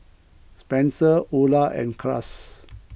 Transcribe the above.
Spenser Ula and Cruz